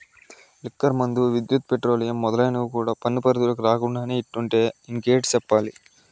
liquor మందు, విద్యుత్, petroleum మొదలైనవి కూడా పన్ను పరిధిలోకి రాకుండానే ఇట్టుంటే ఇంకేటి చెప్పాలి